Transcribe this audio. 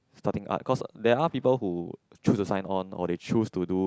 starting art because there are people who choose to sign on or they choose to do